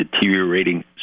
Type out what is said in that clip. deteriorating